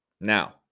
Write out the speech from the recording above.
Now